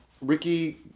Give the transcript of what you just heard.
ricky